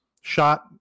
shot